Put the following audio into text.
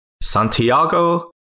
Santiago